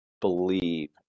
believe